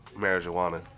Marijuana